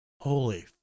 holy